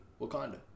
Wakanda